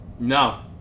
No